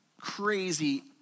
crazy